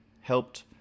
helped